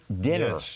dinner